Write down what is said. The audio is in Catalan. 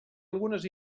algunes